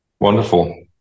Wonderful